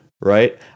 right